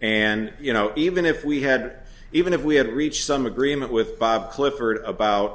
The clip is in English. and you know even if we had even if we hadn't reach some agreement with clifford about